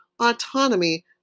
autonomy